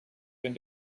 zijn